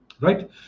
Right